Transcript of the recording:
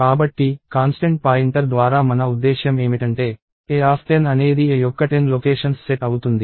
కాబట్టి constant pointer ద్వారా మన ఉద్దేశ్యం ఏమిటంటే a10 అనేది a యొక్క 10 లొకేషన్స్ సెట్ అవుతుంది